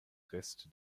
reste